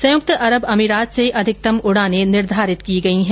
संयुक्त अरब अमीरात से अधिकतम उडानें निर्धारित की गई हैं